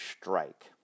strike